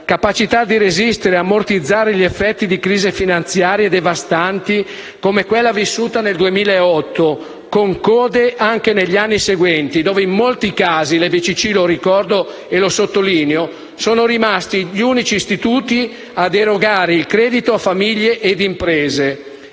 capacità di resistere e ammortizzare gli effetti di crisi finanziarie devastanti come quella vissuta nel 2008, con code anche negli anni seguenti, e in molti casi le banche di credito cooperativo - lo ricordo e sottolineo - sono rimasti gli unici istituti ad erogare il credito a famiglie e imprese.